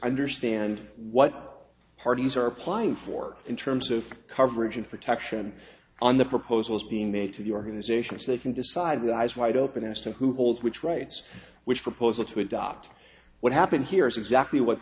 understand what parties are applying for in terms of coverage and protection on the proposals being made to the organizations that can decide eyes wide open as to who holds which rights which proposal to adopt what happened here is exactly what